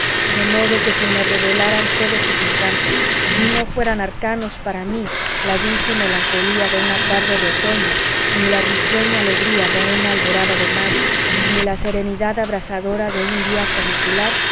de modo que se me revelaran todos sus encantos y no fueran arcanos para mí la dulce melancolía de una tarde de otoño ni la risueña alegría de una alborada de mayo ni la serenidad abrasadora de un día canicular